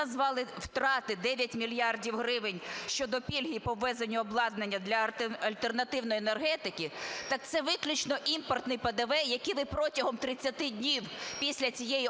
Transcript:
назвали втрати 9 мільярдів гривень щодо пільги по ввезенню обладнання для альтернативної енергетики. Так це виключно імпортний ПДВ, який ви протягом 30 днів після цієї